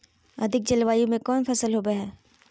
अधिक जलवायु में कौन फसल होबो है?